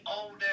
older